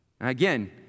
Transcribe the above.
again